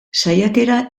saiakera